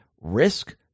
risk